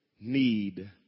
need